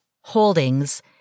holdings